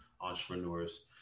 entrepreneurs